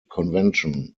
convention